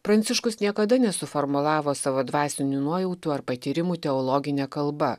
pranciškus niekada nesuformulavo savo dvasinių nuojautų ar patyrimų teologine kalba